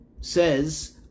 says